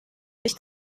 nicht